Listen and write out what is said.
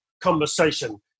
conversation